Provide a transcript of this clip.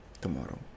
tomorrow